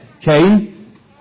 came